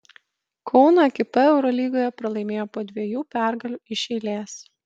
kauno ekipa eurolygoje pralaimėjo po dviejų pergalių iš eilės